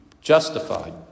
justified